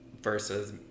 versus